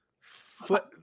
foot